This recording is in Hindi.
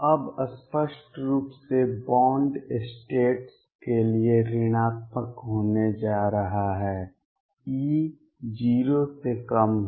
अब स्पष्ट रूप से बॉन्ड स्टेट्स के लिए ऋणात्मक होने जा रहा है E 0 से कम है